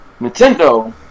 nintendo